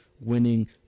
winning